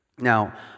Now